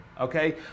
okay